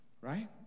right